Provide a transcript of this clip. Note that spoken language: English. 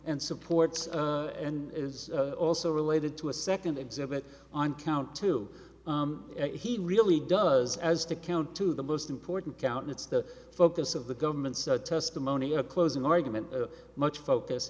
and supports and is also related to a second exhibit on count two he really does as to count two the most important count and it's the focus of the government's testimony a closing argument much focus